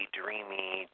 dreamy